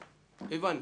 הבנו.